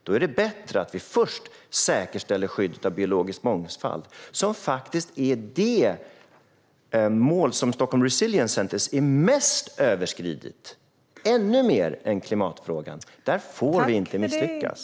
Då är det bättre att vi först säkerställer skyddet av biologisk mångfald, som är det mål som enligt Stockholm Resilience Centre har överskridits mest - ännu mer än klimatfrågan. Där får vi inte misslyckas.